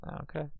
okay